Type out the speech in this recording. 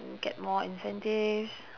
get more incentives